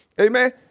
Amen